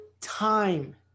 time